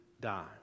die